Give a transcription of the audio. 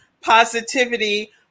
positivity